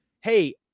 hey